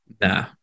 Nah